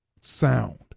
Sound